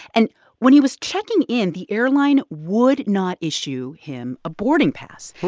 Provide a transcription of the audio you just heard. and when he was checking in, the airline would not issue him a boarding pass.